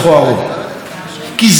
כי זו האלטרנטיבה.